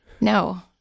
no